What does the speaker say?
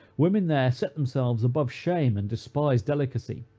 women there set themselves above shame, and despise delicacy.